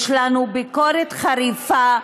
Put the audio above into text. יש לנו ביקורת חריפה.